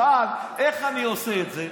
שאל: איך אני עושה את זה?